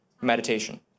meditation